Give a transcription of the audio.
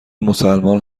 مسلمان